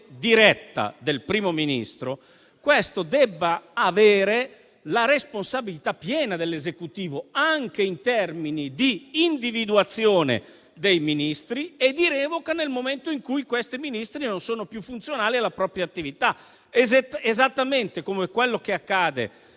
diretta del Primo Ministro, questo debba avere la responsabilità piena dell'Esecutivo anche in termini di individuazione dei Ministri e di revoca nel momento in cui essi non sono più funzionali alla propria attività. È quello che accade